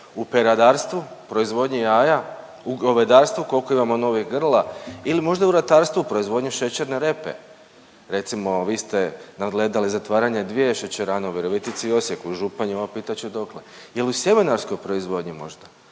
U peradarstvu? Proizvodnji jaja? U govedarstvu koliko imamo novih grla? Ili možda u ratarstvu? U proizvodnji šećerne repe? Recimo vi ste nadgledali zatvaranje dvije šećerane u Virovitici, Osijeku, Županji ima pitat ću dokle. Ili u sjemenarskoj proizvodnji možda?